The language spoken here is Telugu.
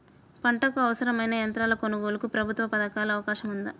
పంటకు అవసరమైన యంత్రాల కొనగోలుకు ప్రభుత్వ పథకాలలో అవకాశం ఉందా?